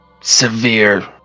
severe